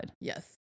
Yes